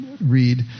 read